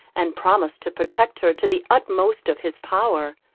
and promise to protect her to the utmost of his power.